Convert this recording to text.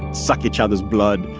suck each other's blood.